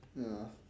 ya